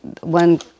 one